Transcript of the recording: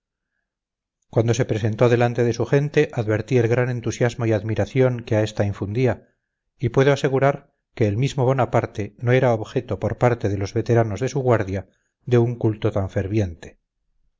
cuando se presentó delante de su gente advertí el gran entusiasmo y admiración que a esta infundía y puedo asegurar que el mismo bonaparte no era objeto por parte de los veteranos de su guardia de un culto tan ferviente